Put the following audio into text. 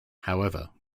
however